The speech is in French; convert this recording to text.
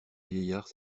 vieillard